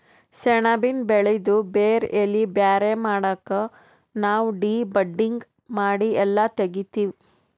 ಸೆಣಬಿನ್ ಬೆಳಿದು ಬೇರ್ ಎಲಿ ಬ್ಯಾರೆ ಮಾಡಕ್ ನಾವ್ ಡಿ ಬಡ್ಡಿಂಗ್ ಮಾಡಿ ಎಲ್ಲಾ ತೆಗಿತ್ತೀವಿ